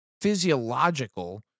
physiological